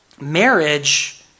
marriage